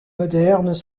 modernes